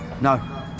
No